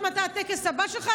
אני לא יודעת מתי הטקס הבא שלך,